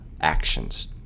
actions